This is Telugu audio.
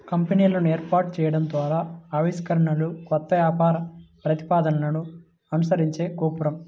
కంపెనీలను ఏర్పాటు చేయడం ద్వారా ఆవిష్కరణలు, కొత్త వ్యాపార ప్రతిపాదనలను అనుసరించే గోపురం